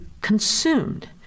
consumed